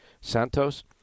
Santos